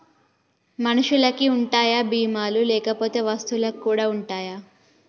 మనుషులకి ఉంటాయా బీమా లు లేకపోతే వస్తువులకు కూడా ఉంటయా?